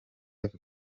live